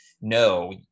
no